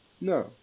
no